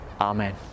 Amen